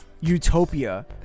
Utopia